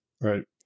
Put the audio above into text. right